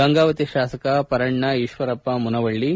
ಗಂಗಾವತಿ ಶಾಸಕ ಪರಣ್ಣ ಈಶ್ವರಪ್ಪ ಮುನವಳ್ಳಿ